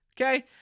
Okay